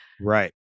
Right